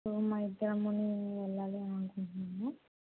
so మా ఇద్దరము వెళ్ళాలి అనుకుంటున్నాము